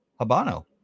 habano